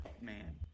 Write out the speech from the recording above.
Man